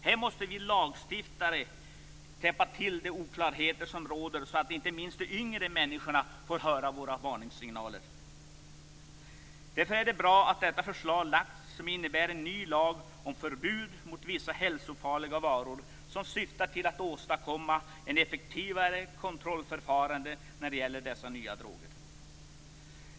Här måste vi lagstiftare reda ut de oklarheter som råder så att inte minst yngre människor får höra våra varningssignaler. Därför är det bra att man nu har lagt fram detta förslag till ny lag om förbud mot vissa hälsofarliga varor. Lagen syftar till att åstadkomma ett effektivare kontrollförfarande när det gäller dessa nya droger.